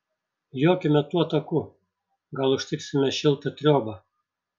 jokime tuo taku gal užtiksime šiltą triobą